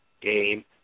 game